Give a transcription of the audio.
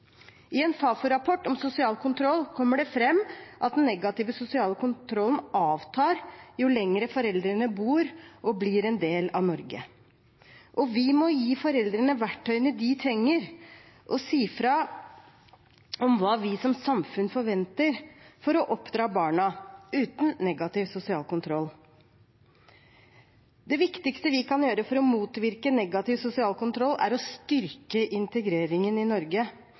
I en Fafo-rapport om sosial kontroll kommer det fram at den negative sosiale kontrollen avtar jo lenger foreldrene bor i og blir en del av Norge. Vi må gi foreldrene verktøyene de trenger – og si ifra om hva vi som samfunn forventer – for å oppdra barna uten negativ sosial kontroll. Det viktigste vi kan gjøre for å motvirke negativ sosial kontroll, er å styrke integreringen i Norge.